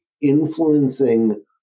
influencing